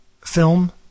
film